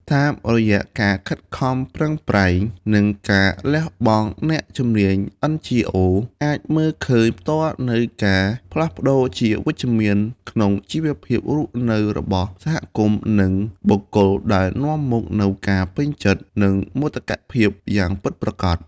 តាមរយៈការខិតខំប្រឹងប្រែង និងការលះបង់ អ្នកជំនាញ NGO អាចមើលឃើញផ្ទាល់នូវការផ្លាស់ប្ដូរជាវិជ្ជមានក្នុងជីវភាពរស់នៅរបស់សហគមន៍ និងបុគ្គល ដែលនាំមកនូវការពេញចិត្ត និងមោទកភាពយ៉ាងពិតប្រាកដ។